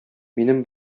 минем